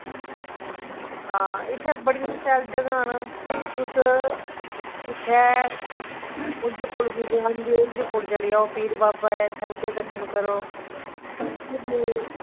इत्थै बड़ियां शैल जगह न तुस उज्ज दरेआ पर चली जाओ ते उत्थै पीर बाबा ओह्दे दर्शन करो मतलब